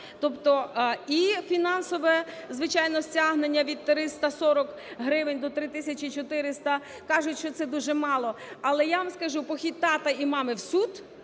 судах. І фінансове, звичайно, стягнення від 340 гривень до 3 тисячі 400. Кажуть, що це дуже мало. Але, я вам скажу, похід тата і мами в суд,